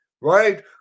right